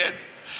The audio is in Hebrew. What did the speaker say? כן, כן, כן.